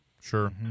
Sure